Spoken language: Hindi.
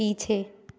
पीछे